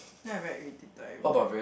then I very irritated every time